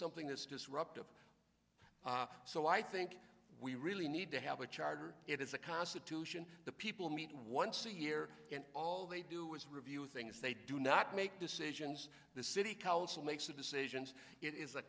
something is disruptive so i think we really need to have a charter it is a constitution the people meet once a year and all they do is review things they do not make decisions the city council makes the decisions it is